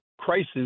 crisis